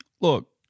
Look